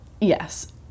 Yes